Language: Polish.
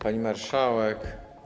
Pani Marszałek!